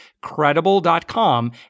Credible.com